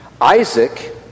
Isaac